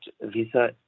visa